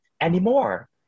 anymore